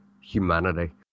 humanity